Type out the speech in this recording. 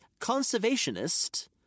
conservationist